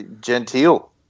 genteel